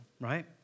right